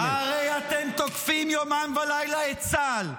אתם תוקפים יומם ולילה את צה"ל.